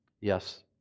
Yes